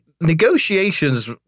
negotiations